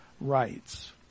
rights